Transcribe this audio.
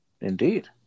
Indeed